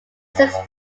six